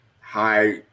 high